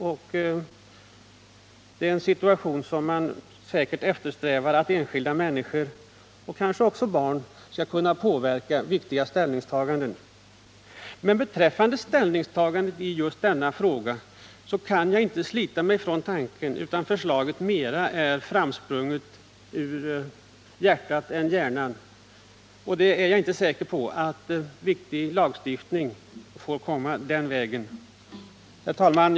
Det är en situation som man säkert eftersträvar, nämligen att enskilda vuxna människor, och kanske också barn, skall kunna påverka viktiga ställningstaganden. Men beträffande ställningstagandet i just denna fråga kan jag inte slita mig från misstanken att förslaget är framsprunget mera ur hjärtat än ur hjärnan, och jag är inte säker på att viktig lagstiftning bör komma den vägen. Herr talman!